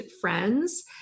friends